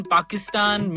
Pakistan